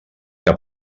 que